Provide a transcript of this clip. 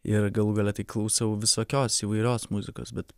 ir galų gale tai klausau visokios įvairios muzikos bet